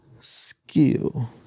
skill